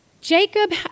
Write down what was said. Jacob